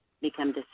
become